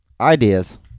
Ideas